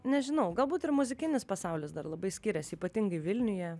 nežinau galbūt ir muzikinis pasaulis dar labai skiriasi ypatingai vilniuje